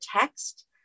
text